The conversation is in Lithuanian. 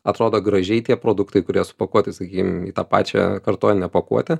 atrodo gražiai tie produktai kurie supakuoti sakykime į tą pačią kartoninę pakuotę